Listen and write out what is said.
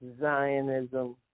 Zionism